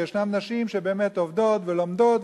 ויש נשים שבאמת עובדות ולומדות,